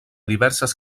diverses